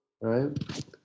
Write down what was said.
right